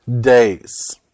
days